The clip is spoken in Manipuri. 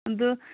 ꯑꯗꯨ